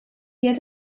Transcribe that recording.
yet